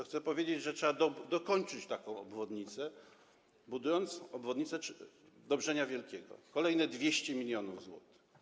Chcę powiedzieć, że trzeba dokończyć taką obwodnicę, budując obwodnicę Dobrzenia Wielkiego - kolejne 200 mln zł.